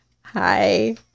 Hi